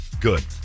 good